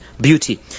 beauty